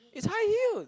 it's high heel